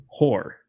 Whore